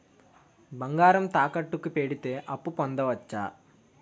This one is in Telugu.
బంగారం తాకట్టు కి పెడితే అప్పు పొందవచ్చ?